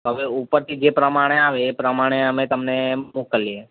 હવે ઉપરથી જે પ્રમાણે આવે એ પ્રમાણે અમે તમને મોકલીએ